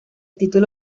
título